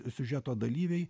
siužeto dalyviai